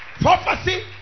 prophecy